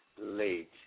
late